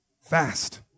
fast